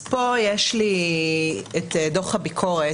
יש לי פה דוח הביקורת